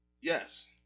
Yes